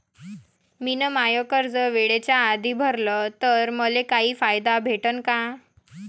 मिन माय कर्ज वेळेच्या आधी भरल तर मले काही फायदा भेटन का?